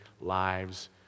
lives